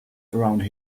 around